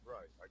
Right